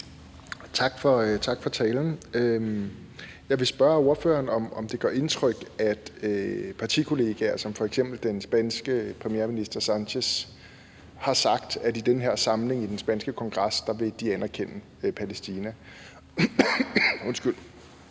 Tak for talen. Jeg vil spørge ordføreren, om det gør indtryk, at partikollegaer som f.eks. den spanske premierminister Sánchez har sagt, at de i den her samling i den spanske kongres vil anerkende Palæstina. Sánchez